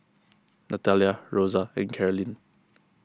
Nathalia Rosa and Carolyn